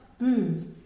booms